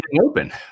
open